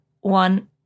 one